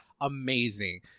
amazing